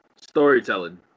Storytelling